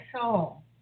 soul